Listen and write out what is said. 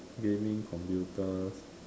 gaming computers